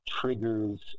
triggers